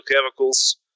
chemicals